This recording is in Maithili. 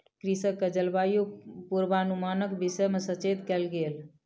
कृषक के जलवायु पूर्वानुमानक विषय में सचेत कयल गेल